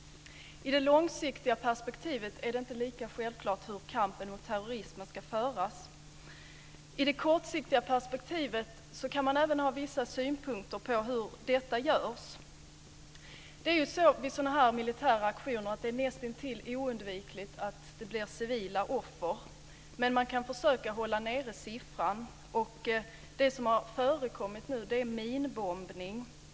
I det långsiktiga perspektivet är det inte lika självklart hur kampen mot terrorismen ska föras. I det kortsiktiga perspektivet kan man även ha vissa synpunkter på hur detta görs. Vid sådana här militära aktioner är det ju nästintill omöjligt att det blir civila offer. Men man kan försöka hålla nere siffran. Något som har förekommit nu är minbombning.